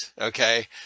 okay